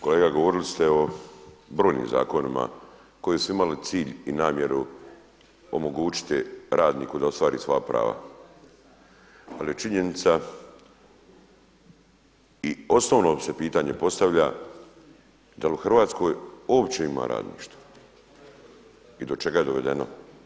Kolega govorili ste o brojnim zakonima koji su imali cilj i namjeru omogućiti radniku da ostvari svoja prava, ali je činjenica i osnovno se pitanje postavlja da li u Hrvatskoj uopće ima radništva i do čega je dovedeno?